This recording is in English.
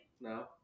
No